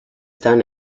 done